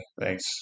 Thanks